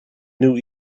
new